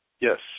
Yes